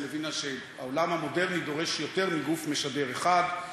הבינה שהעולם המודרני דורש יותר מגוף משדר אחד,